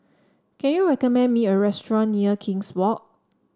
can you recommend me a restaurant near King's Walk